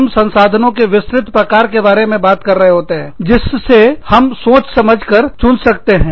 हम संसाधनों के विस्तृत प्रकार के बारे में बात कर रहे होते हैं जिससे हम सोच विचार के चुन सकते हैं